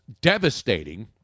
devastating